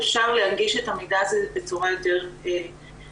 להנגיש את המידע הזה בצורה יותר קלה.